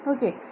Okay